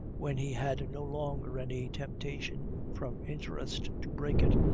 when he had no longer any temptation from interest to break it,